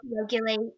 regulate